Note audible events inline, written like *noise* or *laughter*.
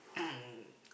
*coughs*